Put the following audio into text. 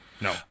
No